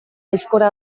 aizkora